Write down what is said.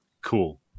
cool